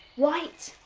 white.